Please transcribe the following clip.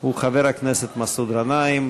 הוא חבר הכנסת מסעוד גנאים.